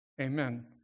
Amen